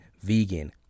vegan